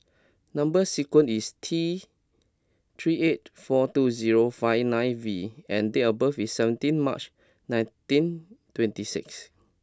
number sequence is T three eight four two zero five nine V and date of birth is seventeen March nineteen twenty six